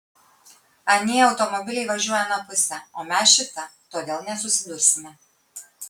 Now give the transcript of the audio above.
anie automobiliai važiuoja ana puse o mes šita todėl nesusidursime